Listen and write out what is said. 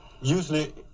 Usually